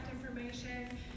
information